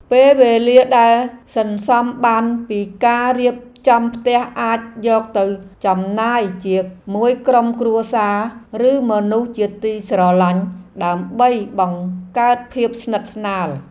ពេលវេលាដែលសន្សំបានពីការរៀបចំផ្ទះអាចយកទៅចំណាយជាមួយក្រុមគ្រួសារឬមនុស្សជាទីស្រឡាញ់ដើម្បីបង្កើតភាពស្និទ្ធស្នាល។